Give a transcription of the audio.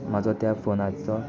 म्हाजो त्या फोनाचो